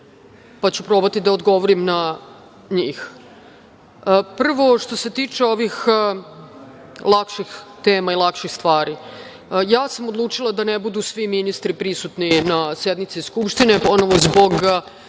pa ću probati da odgovorim na njih. Prvo, što se tiče ovih lakših tema i lakših stvari, ja sam odlučila da ne budu svi ministri prisutni na sednici Skupštine ponovo zbog